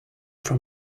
from